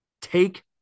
take